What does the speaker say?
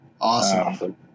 awesome